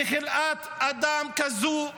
כי חלאת אדם כזו,